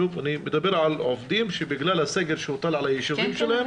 אני מדבר על עובדים שבגלל הסגר שהוטל על היישובים שלהם -- כן,